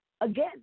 Again